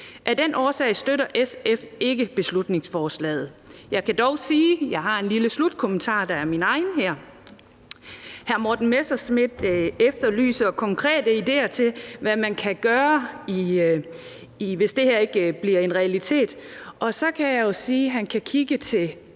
Af den årsag støtter SF ikke beslutningsforslaget. Jeg kan dog sige, at jeg har en lille slutkommentar, der er min egen. Hr. Morten Messerschmidt efterlyser konkrete idéer til, hvad man kan gøre, hvis det her ikke bliver en realitet, og så kan jeg jo sige, at han kan kigge til